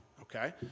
Okay